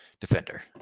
defender